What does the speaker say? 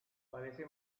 parece